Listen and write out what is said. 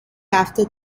after